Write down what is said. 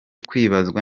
kwibazwa